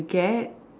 get